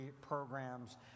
programs